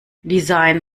design